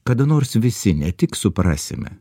kada nors visi ne tik suprasime